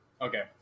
Okay